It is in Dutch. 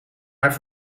haar